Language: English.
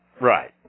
Right